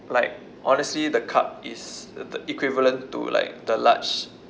like honestly the cup is the equivalent to like the large